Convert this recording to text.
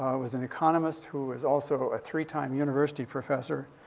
was an economist, who was also a three-time university professor.